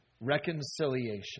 reconciliation